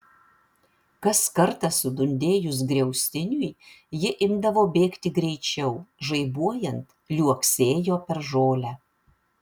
kas kartą sudundėjus griaustiniui ji imdavo bėgti greičiau žaibuojant liuoksėjo per žolę